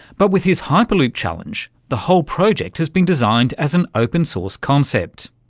but with his hyperloop challenge the whole project has been designed as an open source concept.